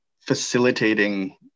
facilitating